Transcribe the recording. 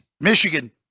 Michigan